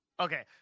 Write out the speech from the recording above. Okay